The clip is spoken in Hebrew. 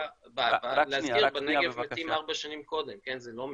להזכיר, בנגב מתים ארבע שנים קודם, זה לא מקרי.